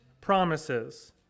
promises